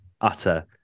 utter